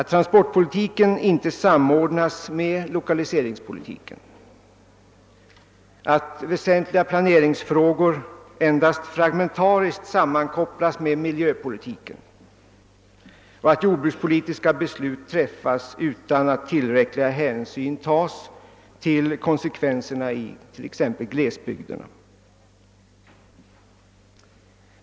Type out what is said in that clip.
Transportpolitiken samordnas inte med lokaliseringspolitiken, väsentliga = planeringsfrågor sammankopplas endast fragmentariskt med = miljöpolitiken, och jordbrukspolitiska beslut träffas utan att tillräcklig hänsyn tas till konsekvenserna i t.ex. glesbygderna.